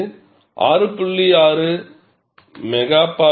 இது 6